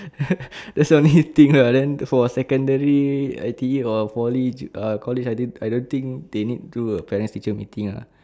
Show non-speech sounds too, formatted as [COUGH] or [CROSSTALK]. [NOISE] that's the only thing lah then for secondary I_T_E or poly you ah college I didn't I don't think they need do a parents teacher meeting ah